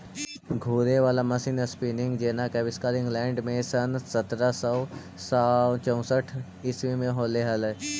घूरे वाला मशीन स्पीनिंग जेना के आविष्कार इंग्लैंड में सन् सत्रह सौ चौसठ ईसवी में होले हलई